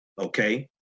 okay